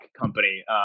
company